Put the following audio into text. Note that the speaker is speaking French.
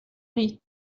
riz